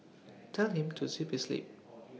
tell him to zip his lip